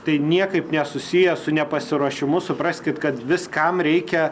tai niekaip nesusiję su nepasiruošimu supraskit kad viskam reikia